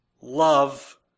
love